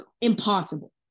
impossible